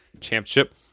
Championship